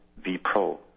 vPro